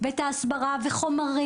בעצם זה הופיע בווטסאפים,